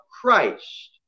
Christ